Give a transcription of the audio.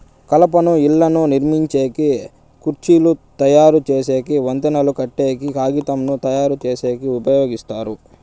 కలపను ఇళ్ళను నిర్మించేకి, కుర్చీలు తయరు చేసేకి, వంతెనలు కట్టేకి, కాగితంను తయారుచేసేకి ఉపయోగిస్తారు